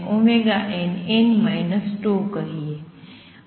Y ને Dnn τ અને nn τ કહીએ